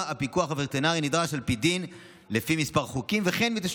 הפיקוח הווטרינרי הנדרש על פי דין לפי כמה חוקים,